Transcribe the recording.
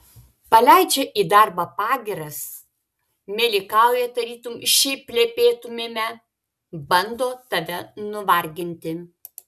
paleidžia į darbą pagyras meilikauja tarytum šiaip plepėtumėme bando tave nuvarginti